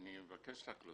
מי ששייך כאן